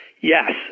Yes